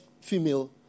female